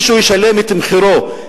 מישהו ישלם את מחירו.